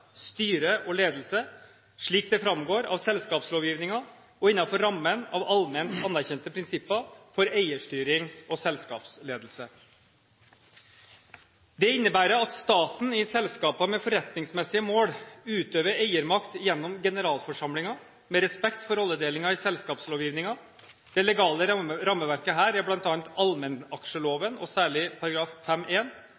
styre og ledelse, slik det framgår av selskapslovgivningen, og innenfor rammen av allment anerkjente prinsipper for eierstyring og selskapsledelse. Dette innebærer at staten i selskaper med forretningsmessige mål utøver eiermakt gjennom generalforsamlingen, med respekt for rolledelingen i selskapslovgivningen. Det legale rammeverket her er